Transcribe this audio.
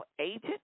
Agent